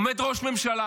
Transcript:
עומד ראש ממשלה.